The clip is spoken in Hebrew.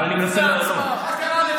אבל אני מנסה, מה קרה לך?